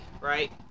right